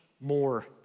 more